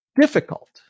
difficult